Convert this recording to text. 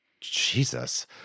Jesus